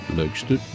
leukste